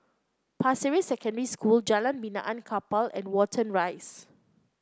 Pasir Ris Secondary School Jalan Benaan Kapal and Watten Rise